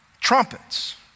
trumpets